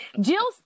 Jill